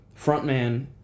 Frontman